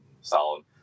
sound